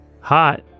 hot